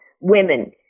women